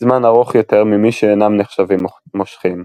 זמן ארוך יותר ממי שאינם נחשבים מושכים.